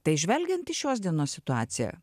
tai žvelgiant į šios dienos situaciją